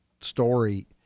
story